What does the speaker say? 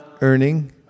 earning